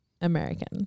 American